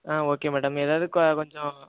okay madam எதாவது க கொஞ்சம்